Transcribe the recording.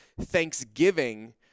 Thanksgiving